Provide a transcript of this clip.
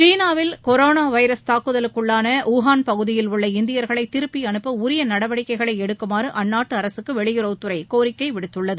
சீனாவில் corona virus தாக்குதலுக்குள்ளான உஹாள் பகுதியில் உள்ள இந்தியா்களை திருப்பி அனுப்ப உரிய நடவடிக்கைகளை எடுக்குமாறு அந்நாட்டு அரசுக்கு வெளியுறவுத் துறை கோரிக்கை விடுத்துள்ளது